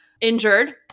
injured